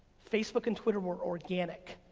facebook and twitter were organic.